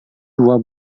dua